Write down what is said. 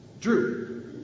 Drew